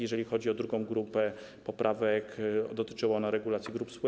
Jeżeli chodzi o drugą grupę poprawek, dotyczyła ona regulacji grup spółek.